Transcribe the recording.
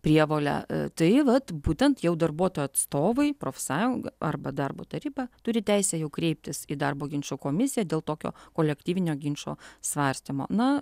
prievolę tai vat būtent jau darbuotojų atstovai profsąjunga arba darbo taryba turi teisę jau kreiptis į darbo ginčų komisiją dėl tokio kolektyvinio ginčo svarstymo na